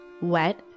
wet